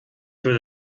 würde